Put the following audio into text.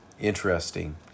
interesting